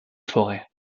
forêts